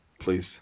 Please